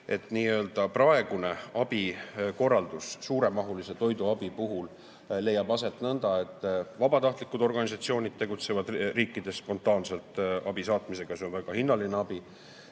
tõid, et praegune abi suuremahulise toiduabi näol leiab aset nõnda, et vabatahtlikud organisatsioonid tegutsevad riikides spontaanselt abi saatmisega. See on väga hinnatud abi